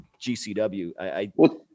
GCW